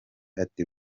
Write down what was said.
ati